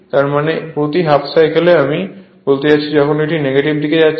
তার মানে প্রতি হাফ সাইকেলে আমি বলতে চাচ্ছি যখন এটি নেগেটিভ দিকে যাচ্ছে